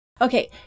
Okay